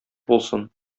булсын